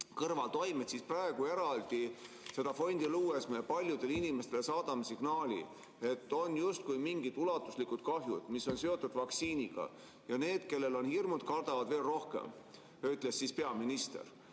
kõrvaltoimeid, siis praegu eraldi seda fondi luues me paljudele inimestele saadame signaali, et on justkui mingid ulatuslikud kahjud, mis on seotud vaktsiiniga ja need kellel on hirmud, kardavad veel rohkem." Nii ütles peaminister.